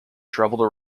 travelled